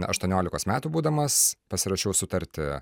aštuoniolikos metų būdamas pasirašiau sutartį